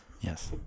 Yes